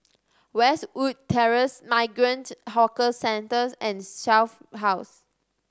Westwood Terrace Migrant Horkers Centres and Shelf House